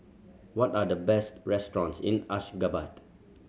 what are the best restaurants in Ashgabat